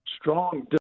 Strong